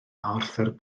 arthur